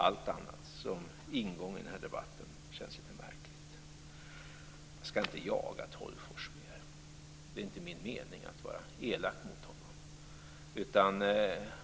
Allt annat som ingång i den här debatten känns litet märkligt. Jag skall inte jaga Tolgfors mer. Det är inte min mening att vara elak mot honom.